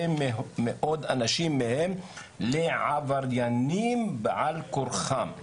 מאוד אנשים מהם לעבריינים בעל כורחם,